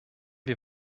wir